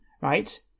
right